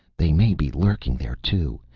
they may be lurking there, too.